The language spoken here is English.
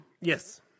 yes